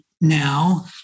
now